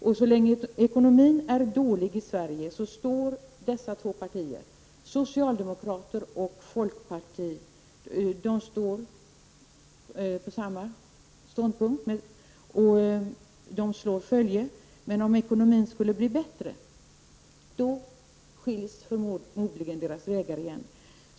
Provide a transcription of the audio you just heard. Men så länge ekonomin är dålig i Sverige står socialdemokraterna och folkpartiet på samma ståndpunkt. De slår alltså följe med varandra. Men om ekonomin skulle bli bättre, går de förmodligen skilda vägar igen.